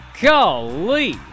Golly